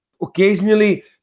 occasionally